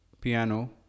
piano